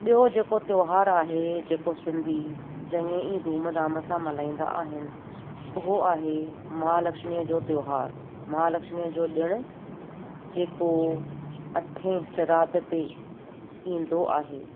ॿियो जेको त्योहारु आहे जेको सिंधी चङे ई धूम धाम सां मल्हाईंदा आहिनि उहो आहे महालक्ष्मीअ जो त्योहारु महालक्ष्मीअ जो ॾिणु जेको अठे सिराध ते ईंदो आहे